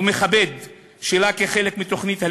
ומכבד שלה כחלק מתוכנית הלימוד.